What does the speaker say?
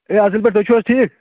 ہے اَصٕل پٲٹھۍ تُہۍ چھِو حظ ٹھیٖک